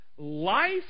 Life